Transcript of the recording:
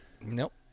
Nope